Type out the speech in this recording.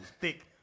thick